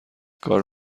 کار